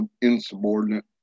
insubordinate